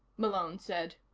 malone said.